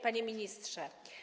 Panie Ministrze!